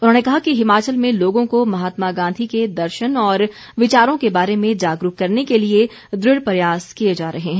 उन्होंने कहा कि हिमाचल में लोगों को महात्मा गांधी के दर्शन और विचारों के बारे में जागरूक करने के लिए दृढ प्रयास किए जा रहे हैं